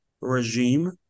regime